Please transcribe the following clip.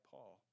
Paul